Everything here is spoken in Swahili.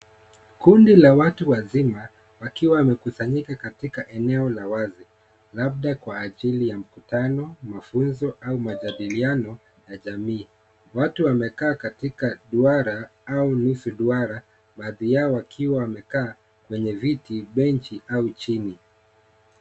Kundi la watu wazima likiwa limekisanyika katika eneo la wazi. Labda kwa ajili ya mkutano, mafunzo, au majadiliano ya jamii. Watu wamekaa katika duara au nusu duara, baadhi yao wakiwa wamekaa kwenye viti, benchi au chini.